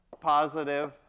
positive